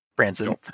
Branson